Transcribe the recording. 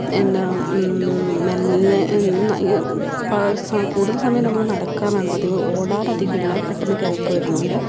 എന്താ മെല്ലെ എന്ന പ സ കൂടുതൽ സമയവും നമ്മൾ നടക്കാറാണ് പതിവ് ഓടാറ് അധികം ഇല്ല പെട്ടെന്ന് കിതപ്പ് വരുന്നോണ്ട്